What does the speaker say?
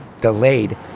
delayed